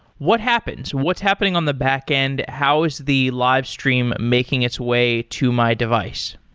what happens? what's happening on the backend? how is the live stream making its way to my device?